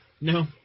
No